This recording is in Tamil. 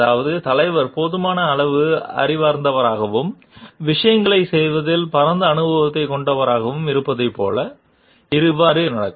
அதாவது தலைவர் போதுமான அளவு அறிவார்ந்தவராகவும் விஷயங்களைச் செய்வதில் பரந்த அனுபவத்தைக் கொண்டவராகவும் இருப்பதைப் போல இவ்வாறு நடக்கும்